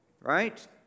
Right